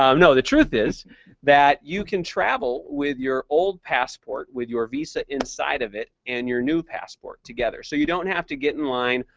um no, the truth is that you can travel with your old passport with your visa inside of it and your new passport together. so you don't have to get in line,